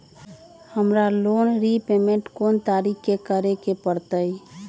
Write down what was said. हमरा loan repayment कोन तारीख के करे के परतई?